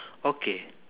okay